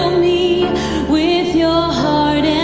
me with your heart